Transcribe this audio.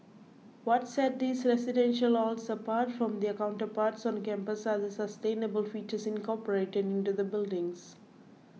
what set these residential halls apart from their counterparts on campus are the sustainable features incorporated into the buildings